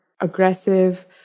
aggressive